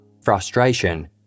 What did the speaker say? frustration